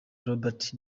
robert